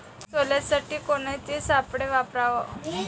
सोल्यासाठी कोनचे सापळे वापराव?